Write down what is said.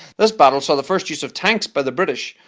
this battle saw the first use of tanks by the british.